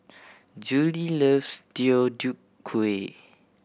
Juli loves Deodeok Gui